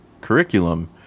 curriculum